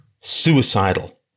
suicidal